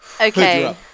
Okay